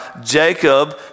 Jacob